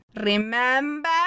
Remember